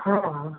हाँ हाँ